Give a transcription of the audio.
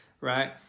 right